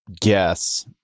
guess